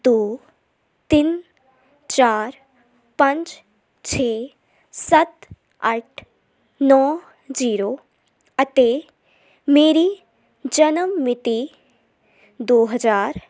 ਦੋ ਤਿੰਨ ਚਾਰ ਪੰਜ ਛੇ ਸੱਤ ਅੱਠ ਨੌਂ ਜ਼ੀਰੋ ਅਤੇ ਮੇਰੀ ਜਨਮ ਮਿਤੀ ਦੋ ਹਜ਼ਾਰ